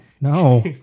No